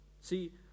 See